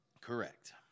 Correct